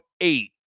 eight